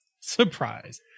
Surprise